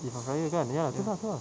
eve of raya kan ya itu lah itu lah